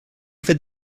fet